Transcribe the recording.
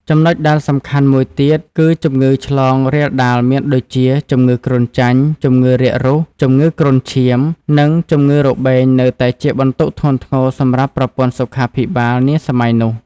ចំណុចដែលសំខាន់មួយទៀត គឺជំងឺឆ្លងរាលដាលមានដូចជា ជំងឺគ្រុនចាញ់ ជំងឺរាករូស ជំងឺគ្រុនឈាម និងជំងឺរបេងនៅតែជាបន្ទុកធ្ងន់ធ្ងរសម្រាប់ប្រព័ន្ធសុខាភិបាលនាសម័យនោះ។